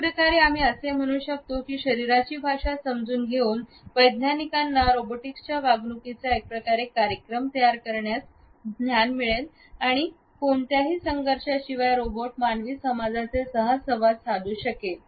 एक प्रकारे आम्ही असे म्हणू शकतो की शरीराची भाषा समजून घेऊन वैज्ञानिकांना रोबोटिक्सच्या वागणुकीचा एक प्रकारे कार्यक्रम तयार करण्यास ज्ञान मिळेल ज्याने कोणत्याही संघर्षाशिवाय रोबोट मानवी समाजाचे सहज संवाद साधू शकेल